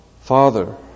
Father